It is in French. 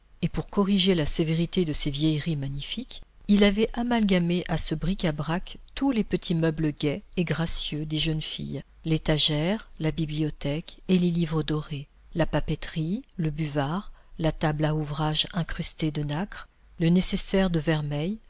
et pour corriger la sévérité de ces vieilleries magnifiques il avait amalgamé à ce bric-à-brac tous les petits meubles gais et gracieux des jeunes filles l'étagère la bibliothèque et les livres dorés la papeterie le buvard la table à ouvrage incrustée de nacre le nécessaire de vermeil